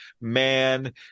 man